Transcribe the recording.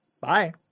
Bye